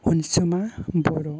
अनसुमा बर'